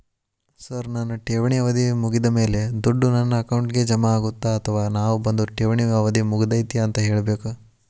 Sir ನನ್ನ ಠೇವಣಿ ಅವಧಿ ಮುಗಿದಮೇಲೆ, ದುಡ್ಡು ನನ್ನ ಅಕೌಂಟ್ಗೆ ಜಮಾ ಆಗುತ್ತ ಅಥವಾ ನಾವ್ ಬಂದು ಠೇವಣಿ ಅವಧಿ ಮುಗದೈತಿ ಅಂತ ಹೇಳಬೇಕ?